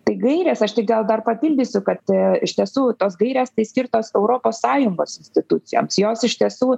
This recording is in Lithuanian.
tai gairės aš tik gal dar papildysiu kad iš tiesų tos gairės tai skirtos europos sąjungos institucijoms jos iš tiesų